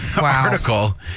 article